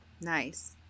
Nice